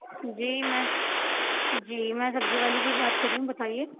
جی میں جی میں سبزی والی ہی بات کر رہی ہوں بتائیے